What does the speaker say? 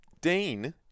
Dean